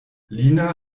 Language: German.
lina